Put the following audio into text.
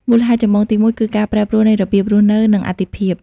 មូលហេតុចម្បងទីមួយ គឺ ការប្រែប្រួលនៃរបៀបរស់នៅ និងអាទិភាព។